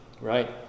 Right